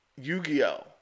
Yu-Gi-Oh